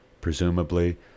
presumably